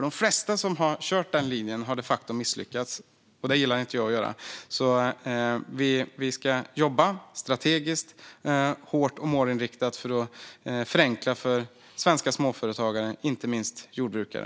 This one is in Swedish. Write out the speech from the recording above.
De flesta som har kört den linjen har de facto misslyckats, och det gillar inte jag att göra. Vi ska jobba strategiskt, hårt och målinriktat för att förenkla för svenska småföretagare, inte minst jordbrukare.